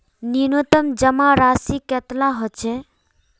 न्यूनतम जमा राशि कतेला होचे?